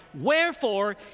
Wherefore